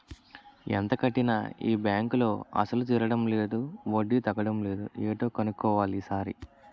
ఎంత కట్టినా ఈ బాంకులో అసలు తీరడం లేదు వడ్డీ తగ్గడం లేదు ఏటో కన్నుక్కోవాలి ఈ సారి